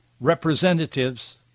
representatives